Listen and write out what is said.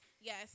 Yes